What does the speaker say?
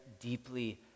deeply